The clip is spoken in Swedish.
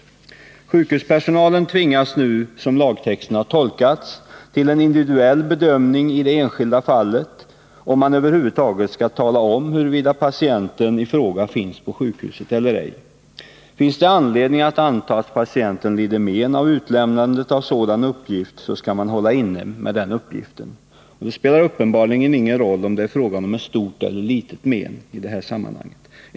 Som lagtexten har tolkats tvingas sjukhuspersonalen nu i varje enskilt fall till en individuell bedömning av om man över huvud taget skall tala om huruvida patienten i fråga finns på sjukhuset eller ej. Finns det anledning anta att patienten skulle lida men av utlämnandet av sådan uppgift, skall personalen hålla inne med uppgiften. Det spelar uppenbarligen ingen roll om det i detta sammanhang är fråga om stort eller litet men.